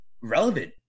relevant